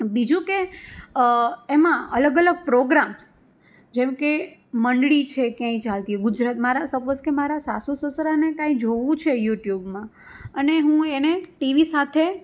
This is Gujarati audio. બીજું કે અ એમાં અલગ અલગ પ્રોગ્રામ્સ જેમકે મંડળી છે ક્યાંય ચાલતી હોય ગુજરાત મારા સપોઝ કે મારા સાસુ સસરાને કંઈ જોવું છે યુટ્યુબમાં અને હું એને ટીવી સાથે